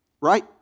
Right